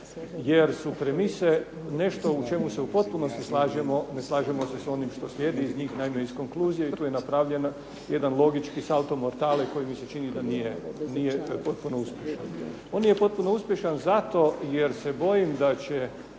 jer su premise nešto u čemu se u potpunosti slažemo, ne slažemo se s onim što slijedi naime iz konkluzije i tu je napravljen jedan logički salto mortale koji mi se čini nije potpuno uspješan. On nije potpuno uspješan zato jer se bojim da će